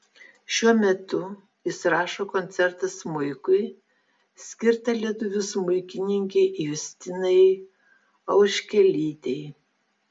šiuo metu jis rašo koncertą smuikui skirtą lietuvių smuikininkei justinai auškelytei